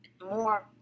more